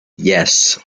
yes